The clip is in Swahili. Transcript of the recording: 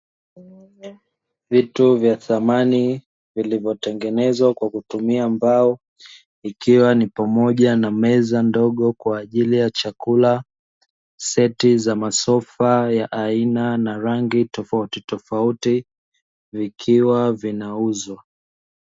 Vitu vya dhamani vilivyotengenezwa kwa kutumia mbao, ikiwa ni pamoja na meza ndogo ya kwa ajiri ya chakula seti za masofa ya aina na rangi tofautitofauti vikiwa vinauzwa.